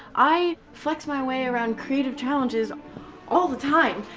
i flex my way around creative challenges all the time.